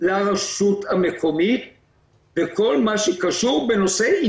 לרשות המקומית בכל מה שקשור בנושא של